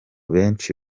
benshi